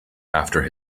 after